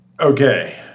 okay